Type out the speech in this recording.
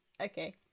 Okay